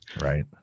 Right